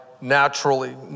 naturally